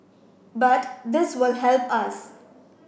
but this will help us